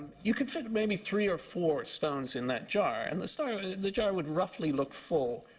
you could fit maybe three or four stones in that jar, and the stone the jar would roughly look full.